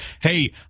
Hey